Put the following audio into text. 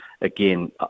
again